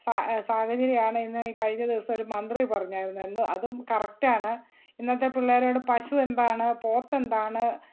സാഹചര്യമാണ് ഇന്ന് ഈ കഴിഞ്ഞ ദിവസം ഒരു മന്ത്രി പറഞ്ഞായിരുന്നു എന്താണ് അതും കറക്റ്റ് ആണ് ഇന്നത്തെ പിള്ളേരോട് പശു എന്താണ് പോത്ത് എന്താണ്